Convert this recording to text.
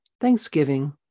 thanksgiving